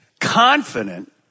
confident